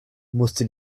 musste